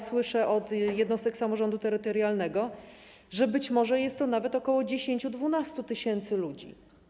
Słyszę z jednostek samorządu terytorialnego, że być może jest to nawet ok. 10 tys., 12 tys. ludzi.